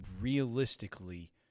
realistically